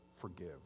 forgive